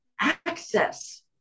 access